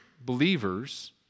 believers